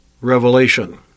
revelation